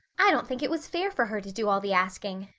i don't think it was fair for her to do all the asking.